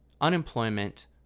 unemployment